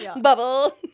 bubble